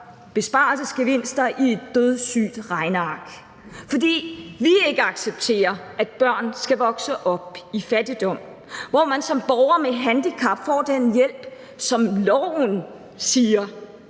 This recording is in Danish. besparelsesgevinster i et dødssygt regneark, fordi vi ikke accepterer, at børn skal vokse op i fattigdom, og hvor man som borger med handicap får den hjælp, som loven siger